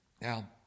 Now